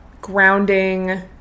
grounding